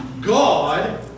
God